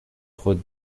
خود